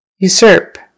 usurp